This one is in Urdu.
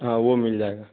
ہاں وہ مل جائے گا